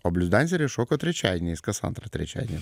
o bliuzdanceriai šoka trečiadieniais kas antrą trečiadienį